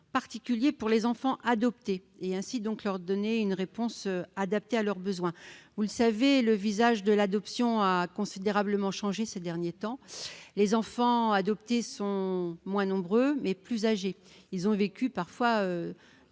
particulier pour les enfants adoptés, afin de leur donner une réponse adaptée à leurs besoins. Le visage de l'adoption a considérablement changé ces derniers temps. Les enfants adoptés sont moins nombreux, mais plus âgés. Ils ont parfois